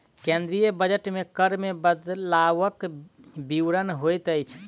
केंद्रीय बजट मे कर मे बदलवक विवरण होइत अछि